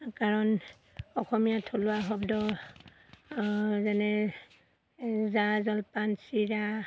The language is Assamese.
কাৰণ অসমীয়া থলুৱা শব্দ যেনে জা জলপান চিৰা